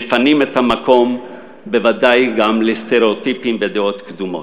מפנים את המקום בוודאי גם לסטריאוטיפים ודעות קדומות.